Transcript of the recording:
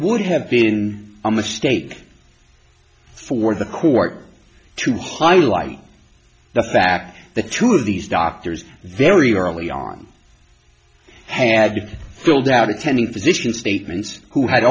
would have been a mistake for the court to highlight the fact that two of these doctors very early on had to filled out attending physician statements who had